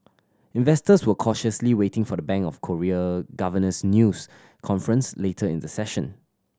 investors were cautiously waiting for the Bank of Korea governor's news conference later in the session